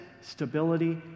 stability